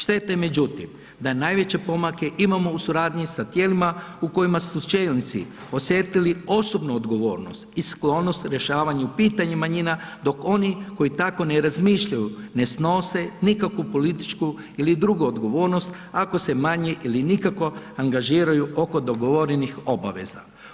Šteta je međutim da najveće pomake imamo u suradnji sa tijelima u kojima su čelnici osjetili osobnu odgovornost i sklonost rješavanju pitanju manjina dok oni koji tako ne razmišljaju ne snose nikakvu političku ili drugu odgovornost ako se manje ili nikako angažiraju oko dogovorenih obaveza.